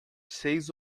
seis